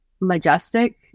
majestic